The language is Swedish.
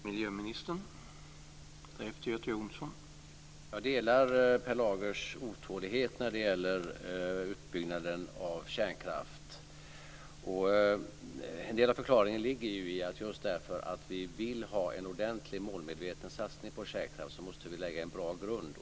Fru talman! Jag delar Per Lagers otålighet när det gäller utbyggnaden av vindkraft. En del av förklaringen ligger i just detta att vill vi ha en ordentlig, målmedveten satsning på vindkraft måste vi lägga en bra grund.